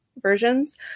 versions